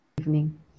evening